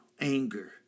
Anger